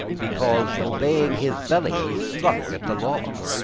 because obeying his belly he struck at the laws.